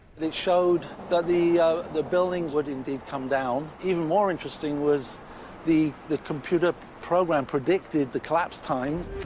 and it showed that the the buildings would indeed come down. even more interesting was the the computer program predicted the collapse times.